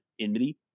enmity